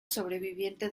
sobreviviente